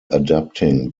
adapting